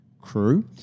crew